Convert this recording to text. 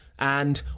and,